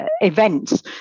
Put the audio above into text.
events